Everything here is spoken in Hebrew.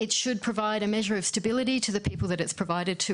היא אמורה ליתן מידת יציבות לאנשים שמקבלים את ההגנה הזאת.